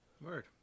Word